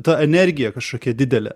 ta energija kažkokia didelė